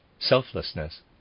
Selflessness